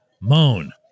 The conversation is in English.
Moan